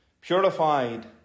purified